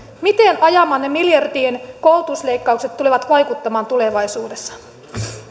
miten ajamanne miljardien koulutusleikkaukset tulevat vaikuttamaan tulevaisuudessa